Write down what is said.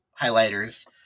highlighters